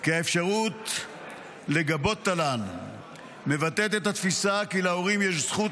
כי האפשרות לגבות תל"ן מבטאת את התפיסה כי להורים יש זכות